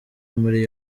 muri